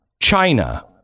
China